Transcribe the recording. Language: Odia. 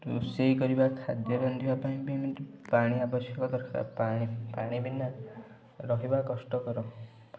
ରୋଷେଇ କରିବା ଖାଦ୍ୟ ରାନ୍ଧିବା ପାଇଁ ବି ଏମିତି ପାଣି ଆବଶ୍ୟକ ଦରକାର ପାଣି ପାଣି ବିନା ରହିବା କଷ୍ଟକର